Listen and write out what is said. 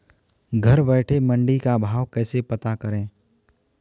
घर बैठे मंडी का भाव कैसे पता करें?